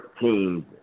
teams